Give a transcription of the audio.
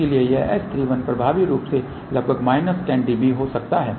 इसलिए यह S31 प्रभावी रूप से लगभग माइनस 10 dB हो सकता है